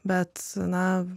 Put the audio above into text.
bet na